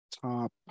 top